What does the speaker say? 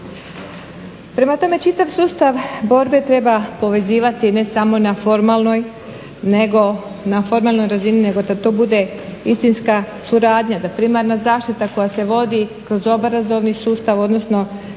Prema tome, čitav sustav borbe treba povezivati, ne samo na formalnoj, nego na formalnoj razini, nego da to bude istinska suradnja, ta primarna zaštita koja se vodi kroz obrazovni sustav odnosno